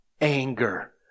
anger